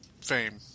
fame